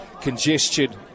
congested